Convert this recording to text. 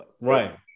Right